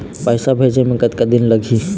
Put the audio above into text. पैसा भेजे मे कतका दिन लगही?